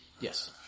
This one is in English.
Yes